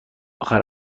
آخر